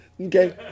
Okay